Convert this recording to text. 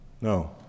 No